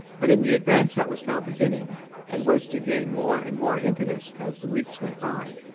but in the advance that was now beginning and was to gain more and more impetus as the weeks went by,